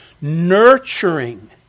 nurturing